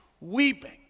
weeping